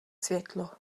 světlo